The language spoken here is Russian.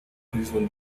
призван